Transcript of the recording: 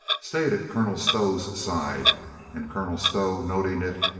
stayed at colonel stow's side and colonel stow, noting it,